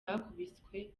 bakubiswe